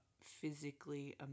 Physically